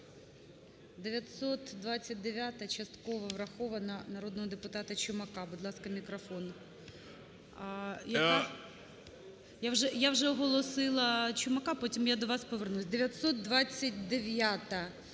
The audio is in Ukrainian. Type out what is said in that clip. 929-а, частково врахована народного депутата Чумака. Будь ласка, мікрофон. Я вже оголосила Чумака, потім я до вас повернусь. 929-а,